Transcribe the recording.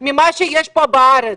ממה שיש פה בארץ.